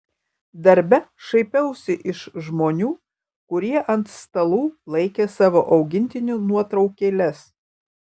darbe šaipiausi iš žmonių kurie ant stalų laikė savo augintinių nuotraukėles